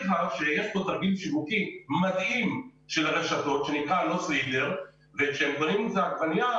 לך שיש כאן תרגיל שיווקי מדהים של הרשתות וכשהם באים לעגבנייה,